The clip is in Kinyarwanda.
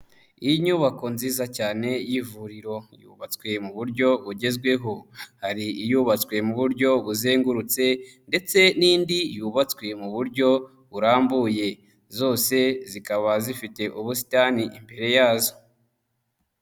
Inyubako nziza cyane y'ivuriro, yubatswe mu buryo bugezweho, hari iyubatswe mu buryo buzengurutse ndetse n'indi yubatswe mu buryo burambuye, zose zikaba zifite ubusitani imbere yazo.